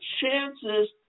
chances